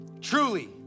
truly